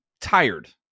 tired